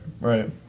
right